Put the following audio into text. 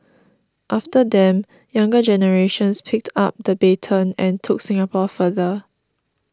after them younger generations picked up the baton and took Singapore further